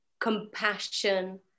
compassion